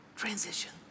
Transition